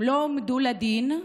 הם לא הועמדו לדין.